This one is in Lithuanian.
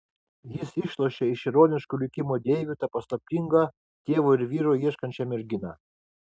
jis išlošė iš ironiškų likimo deivių tą paslaptingą tėvo ir vyro ieškančią merginą